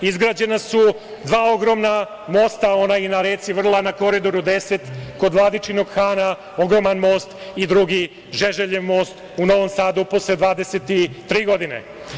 Izgrađena su dva ogromna mosta, onaj na reci Vrla na Koridoru 10 kod Vladičinog Hana, ogroman most i drugi „Žeželjev most“ u Novom Sadu posle 23 godine.